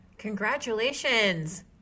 Congratulations